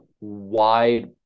wide